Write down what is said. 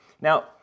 Now